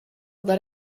let